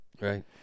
Right